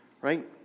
right